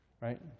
right